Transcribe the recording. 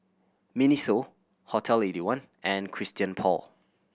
MINISO Hotel Eighty one and Christian Paul